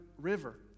River